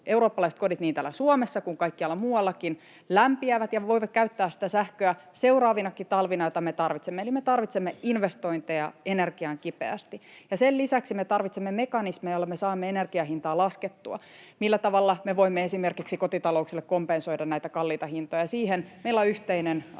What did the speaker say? eurooppalaiset kodit niin täällä Suomessa kuin kaikkialla muuallakin lämpiävät ja voivat käyttää seuraavinakin talvina sitä sähköä, jota me tarvitsemme. Eli me tarvitsemme investointeja energiaan kipeästi. Sen lisäksi me tarvitsemme mekanismeja, joilla me saamme energian hintaa laskettua — millä tavalla me voimme esimerkiksi kotitalouksille kompensoida näitä kalliita hintoja. Siihen meillä on yhteisenä